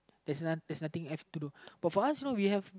there's there's nothing left to but for us you know we have